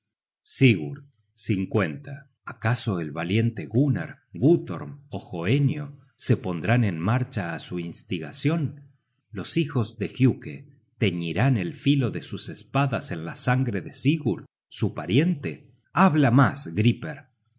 sigurd acaso el valiente gunnar guttorm y hoenio se pondrán en marcha á su instigacion los hijos de giuke teñirán el filo de sus espadas en la sangre de sigurd su pariente habla mas griper